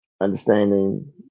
Understanding